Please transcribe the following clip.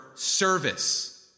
Service